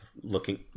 looking